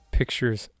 pictures